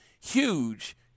huge